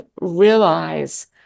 realize